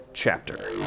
chapter